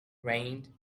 rained